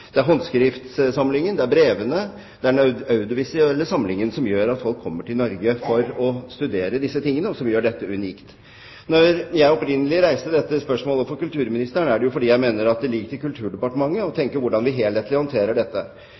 Det er håndskriftsamlingen, brevene og den audiovisuelle samlingen som gjør at folk kommer til Norge for å studere disse tingene, og som gjør dette unikt. Når jeg opprinnelig reiste dette spørsmålet for kulturministeren, er det fordi jeg mener at det ligger til Kulturdepartementet å tenke ut hvordan vi helhetlig håndterer dette.